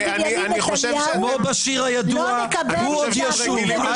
כמו בשיר הידוע "הוא עוד ישוב".